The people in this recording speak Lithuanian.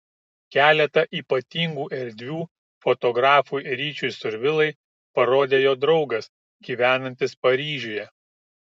keletą ypatingų erdvių fotografui ryčiui survilai parodė jo draugas gyvenantis paryžiuje